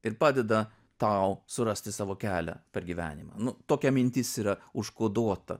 ir padeda tau surasti savo kelią per gyvenimą nu tokia mintis yra užkoduota